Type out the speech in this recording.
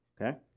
Okay